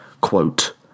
Quote